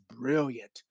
brilliant